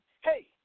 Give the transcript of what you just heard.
hey